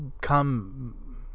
come